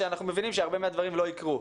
שאנחנו מבינים שהרבה מהדברים לא יקרו.